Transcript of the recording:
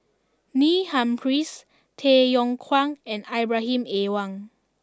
Neil Humphreys Tay Yong Kwang and Ibrahim Awang